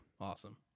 Awesome